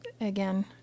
again